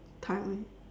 timing